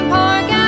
Park